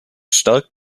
stärkt